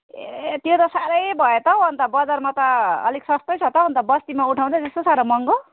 ए त्यो त साह्रै भयो त हौ अन्त बजारमा त अलिक सस्तै छ त हौ अन्त बस्तीमा उठाउँदै त्यस्तो साह्रो महँगो